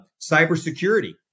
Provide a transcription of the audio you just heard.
cybersecurity